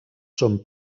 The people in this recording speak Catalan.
són